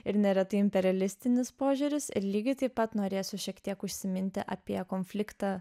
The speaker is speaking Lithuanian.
ir neretai imperialistinis požiūris lygiai taip pat norėsiu šiek tiek užsiminti apie konfliktą